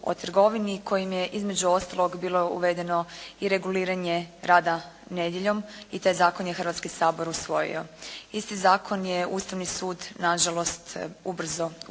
o trgovini kojim je između ostalog bilo uvedeno i reguliranje rada nedjeljom i taj zakon je Hrvatski sabor usvojio. Isti zakon je Ustavni sud na žalost ubrzo ukinuo